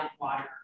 water